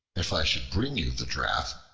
if i should bring you the draught,